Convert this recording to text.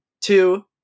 two